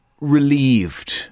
relieved